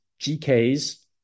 GKs